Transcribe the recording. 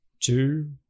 two